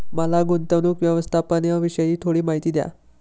मला गुंतवणूक व्यवस्थापनाविषयी थोडी माहिती द्या